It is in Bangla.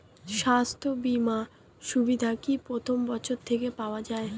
স্বাস্থ্য বীমার সুবিধা কি প্রথম বছর থেকে পাওয়া যায়?